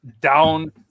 down